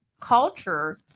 culture